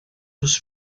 this